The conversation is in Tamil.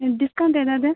ம் டிஸ்கவுண்ட் ஏதாவது